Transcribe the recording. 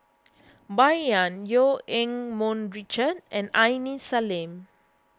Bai Yan Eu Keng Mun Richard and Aini Salim